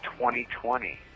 2020